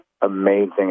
amazing